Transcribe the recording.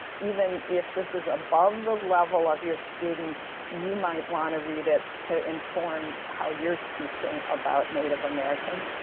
even if this is above the level of your students, you might want to read it to inform how you're teaching about native americans.